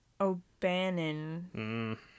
o'bannon